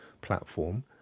platform